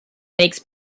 makes